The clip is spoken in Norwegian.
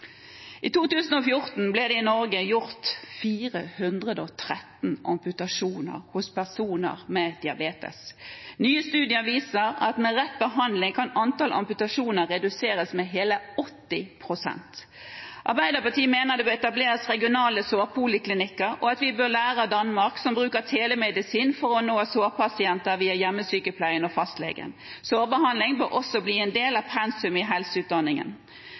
I 2014 ble det i Norge gjort 413 amputasjoner hos personer med diabetes. Nye studier viser at med rett behandling kan antallet amputasjoner reduseres med hele 80 pst. Arbeiderpartiet mener det bør etableres regionale sårpoliklinikker, og at vi bør lære av Danmark, som bruker telemedisin for å nå sårpasienter via hjemmesykepleien og fastlegen. Sårbehandling bør også bli en del av pensum i